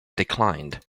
declined